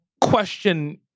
question